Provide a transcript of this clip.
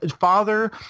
father